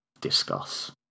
discuss